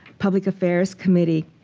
public affairs committee.